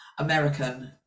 American